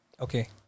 okay